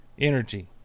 energy